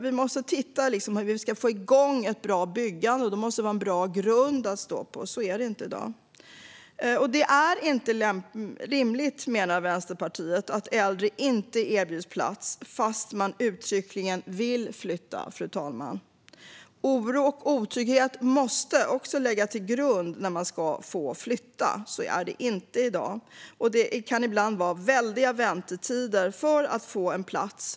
Vi måste titta på hur vi ska få igång ett bra byggande, och då måste vi ha en bra grund att stå på. Det har vi inte i dag. Det är inte rimligt, menar Vänsterpartiet, att äldre inte erbjuds plats fast man uttryckligen vill flytta, fru talman. Oro och otrygghet måste också ligga till grund för att få flytta. Så är det inte i dag. Det kan ibland vara väldiga väntetider för att få en plats.